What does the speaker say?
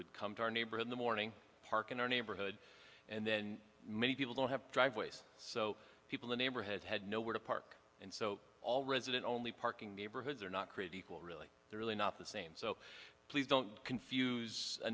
would come to our neighbor in the morning park in our neighborhood and then many people don't have driveways so people the neighborhood had no where to park and so all resident only parking neighborhoods are not created equal really they're really not the same so please don't confuse a